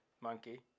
Monkey